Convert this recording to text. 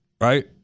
right